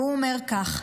והוא אומר כך: